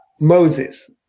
Moses